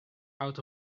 out